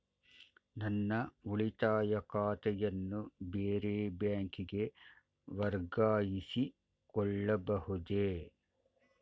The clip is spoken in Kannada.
ನನ್ನ ಉಳಿತಾಯ ಖಾತೆಯನ್ನು ಬೇರೆ ಬ್ಯಾಂಕಿಗೆ ವರ್ಗಾಯಿಸಿಕೊಳ್ಳಬಹುದೇ?